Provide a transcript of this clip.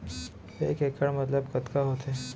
एक इक्कड़ मतलब कतका होथे?